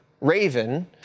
Raven